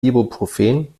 ibuprofen